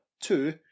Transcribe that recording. Two